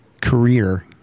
career